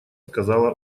сказала